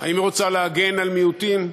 האם היא רוצה להגן על מיעוטים,